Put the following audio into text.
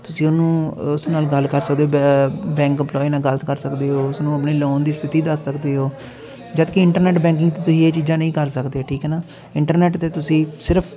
ਤੁਸੀਂ ਉਹਨੂੰ ਉਸ ਨਾਲ ਗੱਲ ਕਰ ਸਕਦੇ ਹੋ ਬੈ ਬੈਂਕ ਇੰਪਲੋਈ ਨਾਲ ਗੱਲ ਕਰ ਸਕਦੇ ਹੋ ਉਸ ਨੂੰ ਆਪਣੀ ਲੋਨ ਦੀ ਸਥਿਤੀ ਦੱਸ ਸਕਦੇ ਹੋ ਜਦੋਂ ਕਿ ਇੰਟਰਨੈਟ ਬੈਂਕਿੰਗ 'ਤੇ ਤੁਸੀਂ ਇਹ ਚੀਜ਼ਾਂ ਨਹੀਂ ਕਰ ਸਕਦੇ ਠੀਕ ਹੈ ਨਾ ਇੰਟਰਨੈਟ 'ਤੇ ਤੁਸੀਂ ਸਿਰਫ਼